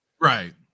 Right